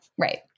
right